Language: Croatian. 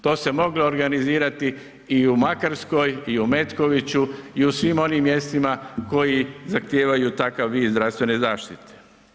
To se moglo organizirati i u Makarskoj i u Metkoviću i u svim onim mjestima koji zahtijevaju takav vid zdravstvene zaštite.